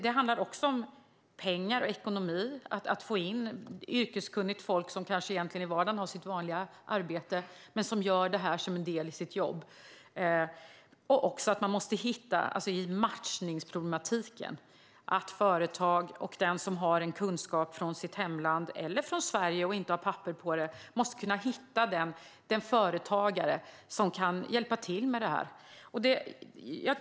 Det handlar också om pengar och ekonomi, men det borde gå att få in yrkeskunnigt folk som till vardags har sitt vanliga arbete men som gör det här som en del av sitt jobb. Man måste också hitta en lösning på företagens matchningsproblematik. Den som har kunskap från sitt hemland eller från Sverige men inte har papper på det måste kunna hitta den företagare som kan hjälpa till med det.